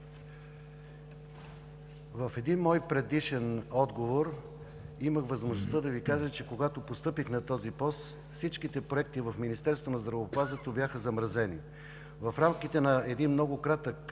В един мой предишен отговор имах възможността да Ви кажа, че когато постъпих на този пост, всичките проекти в Министерството на здравеопазването бяха замразени. В рамките на един много кратък